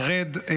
ארד,